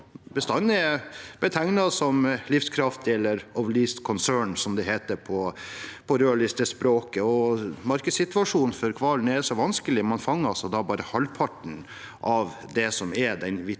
bestanden er betegnet som livskraftig, eller «of least concern», som det heter på rødlistespråket. Markedssituasjonen for hvalen er så vanskelig at man bare fanger halvparten av det som er den vitenskapelig